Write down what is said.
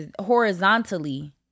horizontally